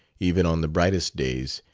even on the brightest days,